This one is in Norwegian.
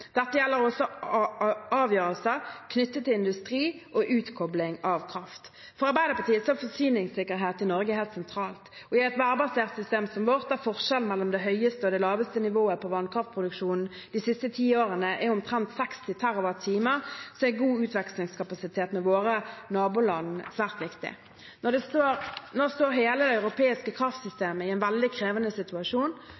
Dette gjelder også avgjørelser knyttet til industri og utkobling av kraft. For Arbeiderpartiet er forsyningssikkerhet i Norge helt sentralt. I et værbasert system som vårt, der forskjellen mellom det høyeste og det laveste nivået på vannkraftproduksjonen de siste ti årene er omtrent 60 TWh, er god utvekslingskapasitet med våre naboland svært viktig. Nå står hele det europeiske